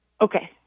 okay